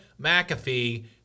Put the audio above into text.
McAfee